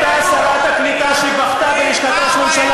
אותה שרת הקליטה שבכתה בלשכת ראש הממשלה